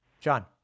John